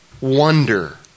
wonder